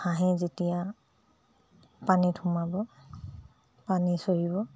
হাঁহে যেতিয়া পানীত সোমাব পানী চৰিব